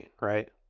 right